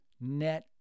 Net